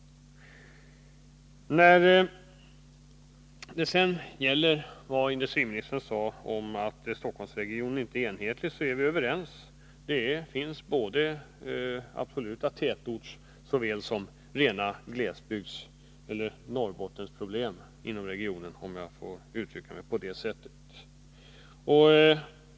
Industriministern och jag är överens om att Stockholmsregionen inte är en enhetlig region. Det finns absoluta tätortsoch rena glesortseller Norrbottensproblem i regionen, om jag får uttrycka mig så.